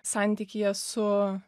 santykyje su